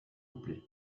couplet